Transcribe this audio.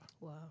Wow